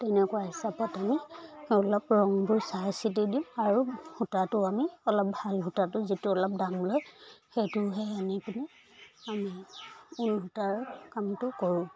তেনেকুৱা হিচাপত আমি অলপ ৰংবোৰ চাই চিতি দিওঁ আৰু সূতাটো আমি অলপ ভাল সূতাটো যিটো অলপ দাম লয় সেইটোহে আনি পিনি আমি ঊণ সূতাৰ কামটো কৰোঁ